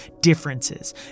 differences